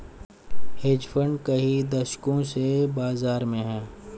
hedge fund कई दशकों से बाज़ार में हैं